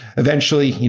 eventually,